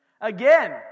again